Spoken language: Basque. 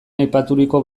aipaturiko